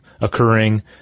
occurring